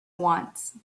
wants